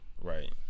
Right